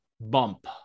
bump